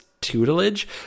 tutelage